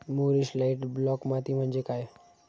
मूरिश light black माती म्हणजे काय?